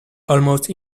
almost